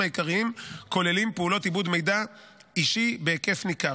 העיקריים כוללים פעולות עיבוד מידע אישי בהיקף ניכר.